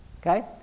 Okay